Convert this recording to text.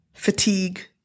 fatigue